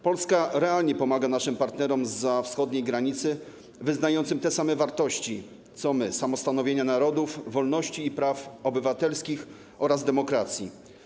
Polska realnie pomaga naszym partnerom zza wschodniej granicy wyznającym te same wartości co my: prawo do samostanowienia narodów, wolności i prawa obywatelskie oraz demokrację.